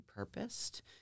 repurposed